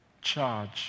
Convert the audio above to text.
Charge